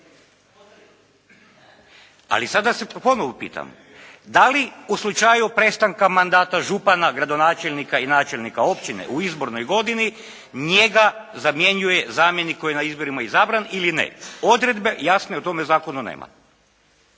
Ali sada se ponovno pitam. Da li u slučaju prestanka mandata župana, gradonačelnika i načelnika općine u izbornoj godini njega zamjenjuje zamjenik koji je na izborima izabran ili ne? Odredbe jasne u tome zakonu nema.